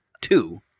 two